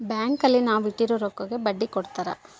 bank ಅಲ್ಲಿ ನಾವ್ ಇಟ್ಟಿರೋ ರೊಕ್ಕಗೆ ಬಡ್ಡಿ ಕೊಡ್ತಾರ